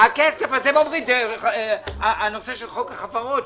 הכסף אז הם אומרים שהנושא של חוק החברות,